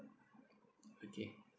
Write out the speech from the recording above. okay